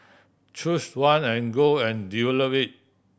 choose one and go and develop it